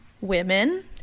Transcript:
women